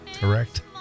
Correct